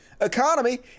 economy